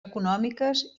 econòmiques